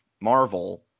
Marvel